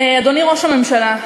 אדוני ראש הממשלה,